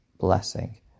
Blessing